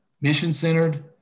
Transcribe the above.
mission-centered